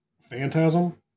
Phantasm